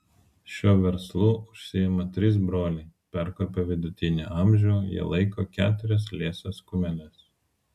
šiuo verslu užsiima trys broliai perkopę vidutinį amžių jie laiko keturias liesas kumeles